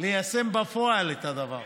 ליישם בפועל את הדבר.